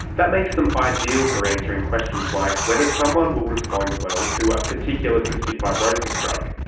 that makes them ideal for answering questions like whether someone will respond well to a particular cystic fibrosis drug.